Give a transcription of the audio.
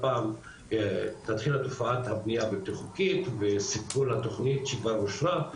אז תתחיל תופעת הבנייה הבלתי חוקית וסיכול התוכנית שכבר אושרה,